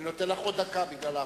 אני נותן לך עוד דקה, בגלל ההפרעה.